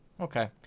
Okay